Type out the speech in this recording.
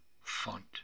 font